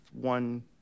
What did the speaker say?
one